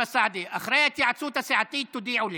אחרי ההתייעצות הסיעתית, תודיעו לי.